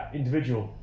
individual